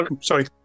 Sorry